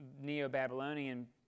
Neo-Babylonian